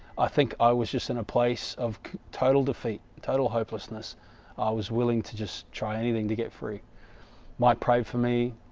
i think, i was just in a place of total defeat total hopelessness i was willing to just try anything to get free might pray for me